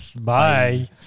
bye